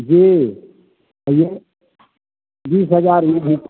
जी कहिए बीस हजार